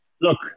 look